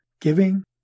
giving